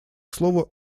слово